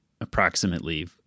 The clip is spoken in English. Approximately